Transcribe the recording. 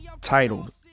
titled